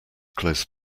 close